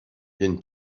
yen